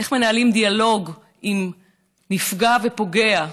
איך מנהלים דיאלוג של נפגע ופוגע.